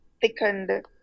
thickened